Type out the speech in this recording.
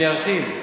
אני ארחיב.